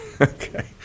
Okay